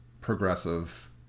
progressive